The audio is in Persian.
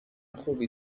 خوبی